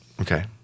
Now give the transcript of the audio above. Okay